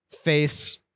face